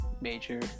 major